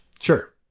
Sure